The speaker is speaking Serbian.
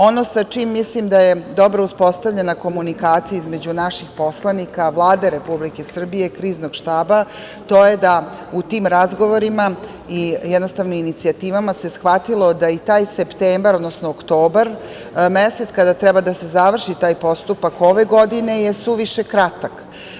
Ono sa čim mislim da je dobro uspostavljena komunikacija između naših poslanika, Vlade Republike Srbije, Kriznog štaba, to je da u tim razgovorima i inicijativama se shvatilo da i taj septembar, odnosno oktobar mesec, kada treba da se završi taj postupak ove godine, je suviše kratak.